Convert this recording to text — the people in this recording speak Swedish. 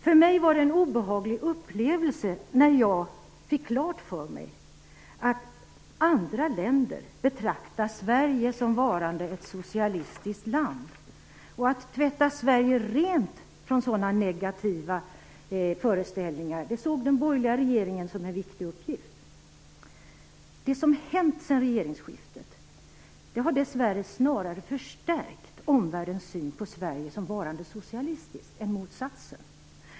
För mig var det en obehaglig upplevelse när jag fick klart för mig att andra länder betraktar Sverige som varande ett socialistiskt land. Att tvätta Sverige rent från sådana negativa föreställningar såg den borgerliga regeringen som en viktig uppgift. Det som hänt sedan regeringsskiftet har dessvärre snarare förstärkt omvärldens syn på Sverige som socialistiskt än motsatsen.